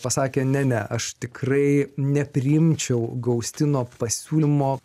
pasakė ne ne aš tikrai nepriimčiau gaustino pasiūlymo